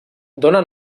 dóna